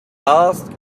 asked